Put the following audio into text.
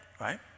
right